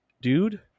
dude